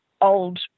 old